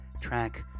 track